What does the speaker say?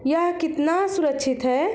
यह कितना सुरक्षित है?